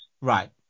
right